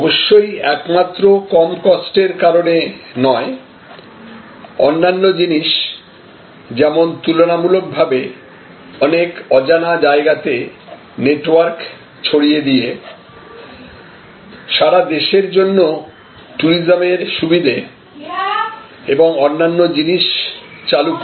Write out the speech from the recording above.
অবশ্যই একমাত্র কম কস্টের কারণে নয় অন্যান্য জিনিস যেমন তুলনামূলকভাবে অনেক অজানা জায়গাতে নেটওয়ার্ক ছড়িয়ে দিয়ে সারা দেশের জন্য ট্যুরিজমের সুবিধে এবং অন্যান্য জিনিস চালু করে